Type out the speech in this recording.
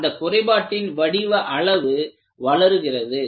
அந்த குறைபாட்டின் வடிவ அளவு வளருகிறது